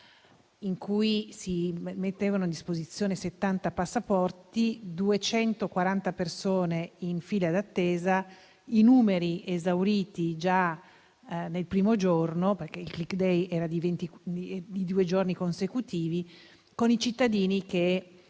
in cui si mettevano a disposizione 70 passaporti; 240 persone in fila d'attesa, i numeri esauriti già nel primo giorno - il *click day* era di due giorni consecutivi - e cittadini che